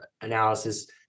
analysis